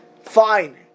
fine